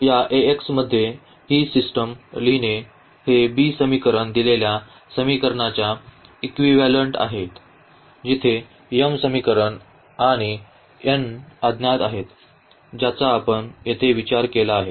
तर या मध्ये ही सिस्टिम लिहिणे हे b समीकरण दिलेल्या समीकरणांच्या इक्विव्हॅलेंट आहे जिथे m समीकरण आणि n अज्ञात आहेत ज्याचा आपण येथे विचार केला आहे